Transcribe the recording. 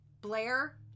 Blair